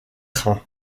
train